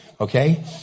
Okay